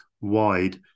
wide